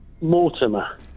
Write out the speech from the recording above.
Mortimer